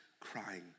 crying